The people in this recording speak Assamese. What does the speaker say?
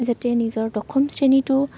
যাতে নিজৰ দশম শ্ৰেণীটো